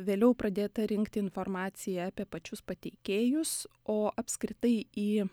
vėliau pradėta rinkti informaciją apie pačius pateikėjus o apskritai į